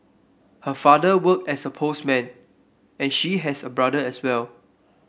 her father worked as a postman and she has a brother as well